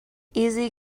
easy